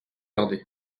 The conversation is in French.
gardés